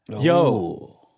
Yo